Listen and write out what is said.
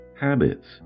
habits